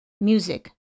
Music